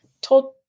told